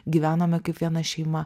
gyvenome kaip viena šeima